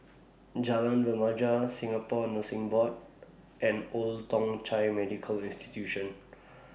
Jalan Remaja Singapore Nursing Board and Old Thong Chai Medical Institution